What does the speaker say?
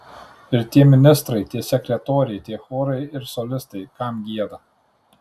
ir tie ministrai tie sekretoriai tie chorai ir solistai kam gieda